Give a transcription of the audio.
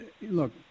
look